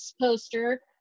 poster